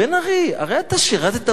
הרי אתה שירתת בצבא.